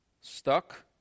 stuck